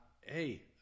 hey